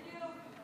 בדיוק.